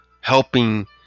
helping